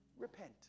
repent